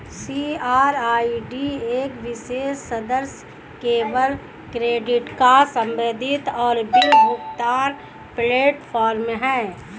CRED एक विशेष सदस्य केवल क्रेडिट कार्ड प्रबंधन और बिल भुगतान प्लेटफ़ॉर्म है